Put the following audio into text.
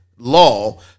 Law